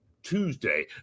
Tuesday